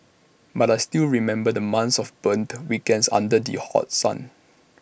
but I still remember the months of burnt weekends under the hot sun